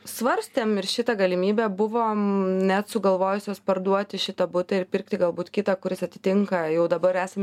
svarstėm ir šitą galimybę buvo net sugalvojusios parduoti šitą butą ir pirkti galbūt kitą kuris atitinka jau dabar esam